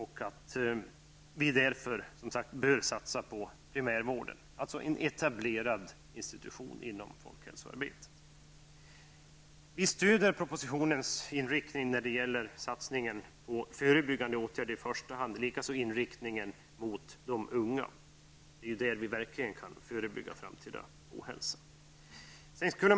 Vi bör därför satsa på primärvården, alltså en etablerad institution inom folkhälsoarbetet. Vi stöder propositionen när det gäller satsningen på i första hand förebyggande åtgärder och likaså när det gäller inriktningen mot de unga. Det är där vi verkligen kan förebygga framtida ohälsa.